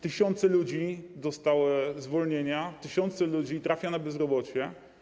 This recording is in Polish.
Tysiące ludzi dostały zwolnienia, tysiące ludzi trafia na bezrobocie.